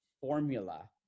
formula